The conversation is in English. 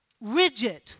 rigid